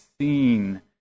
seen